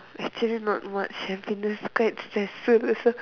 actually not much happiness quite stress so so